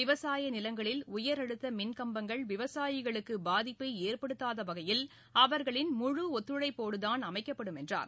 விவசாய நிலங்களில் உயரழுத்த மின்கம்பங்கள் விவசாயிகளுக்கு பாதிப்பை ஏற்படுத்தாத வகையில் அவர்களின் முழு ஒத்துழைப்போடுதான் அமைக்கப்படும் என்றார்